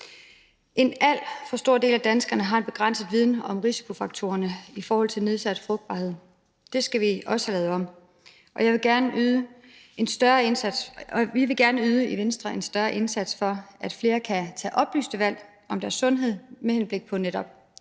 En alt for stor del af danskerne har en begrænset viden om risikofaktorerne i forhold til nedsat frugtbarhed. Det skal vi også have lavet om. Og vi vil i Venstre gerne yde en større indsats for, at flere kan tage oplyste valg om deres sundhed med henblik på netop